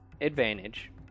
advantage